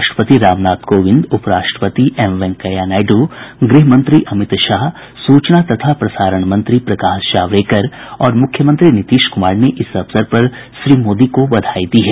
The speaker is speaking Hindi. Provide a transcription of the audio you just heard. राष्ट्रपति रामनाथ कोविंद उपराष्ट्रपति एम वेंकैया नायडू गृह मंत्री अमित शाह सूचना तथा प्रसारण मंत्री प्रकाश जावडेकर और मुख्यमंत्री नीतीश कुमार ने इस अवसर पर श्री मोदी को बधाई दी है